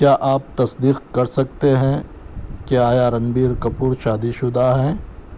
کیا آپ تصدیق کر سکتے ہیں کہ آیا رنبیر کپور شادی شدہ ہیں